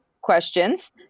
questions